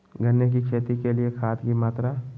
गन्ने की खेती के लिए खाद की मात्रा?